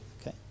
Okay